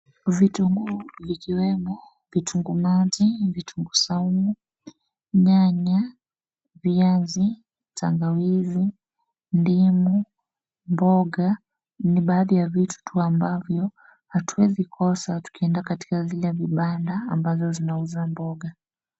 Vitunguu vikiwemo vitunguu maji, vitunguu saumu, nyanya, viazi, tagawizi, ndimu, mboga ni baadhi ya vitu tu ambavyo hatuwezi kosa tukienda katika zile vibanda ambazo zinauza mboga.